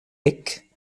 eck